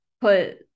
put